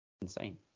insane